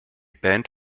band